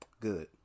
good